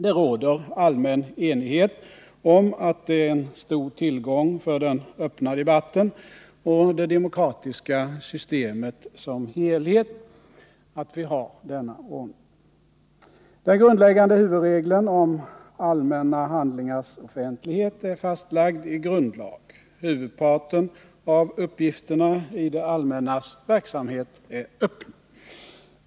Det råder allmän enighet om att det är en stor tillgång för den öppna debatten och det demokratiska systemet som helhet att vi har denna ordning. Den grundläggande huvudregeln om allmänna handlingars offentlighet är fastlagd i grundlag. Huvudparten av uppgifterna i det allmännas verksamhet är öppen.